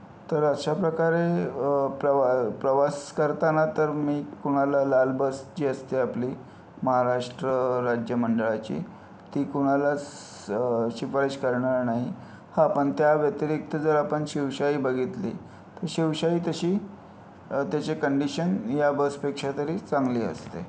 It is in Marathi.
तर अशाप्रकारे प्रवा प्रवास करताना तर मी कोणाला लाल बस जी असते आपली महाराष्ट्र राज्य मंडळाची ती कोणालाच शिफारस करणार नाही हा पण त्या व्यतिरिक्त जर आपण शिवशाही बघितली तर शिवशाही तशी त्याची कंडिशन या बसपेक्षा तरी चांगली असते